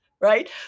Right